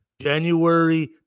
January